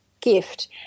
gift